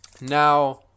Now